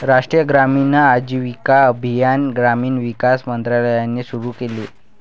राष्ट्रीय ग्रामीण आजीविका अभियान ग्रामीण विकास मंत्रालयाने सुरू केले